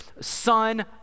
son